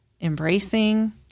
embracing